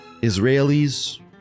Israelis